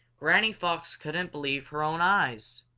granny fox couldn't believe her own eyes.